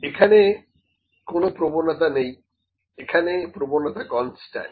এখানে কোন প্রবণতা নেই এখানে প্রবণতা কনস্ট্যান্ট